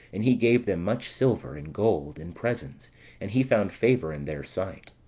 and he gave them much silver, and gold, and presents and he found favour in their sight.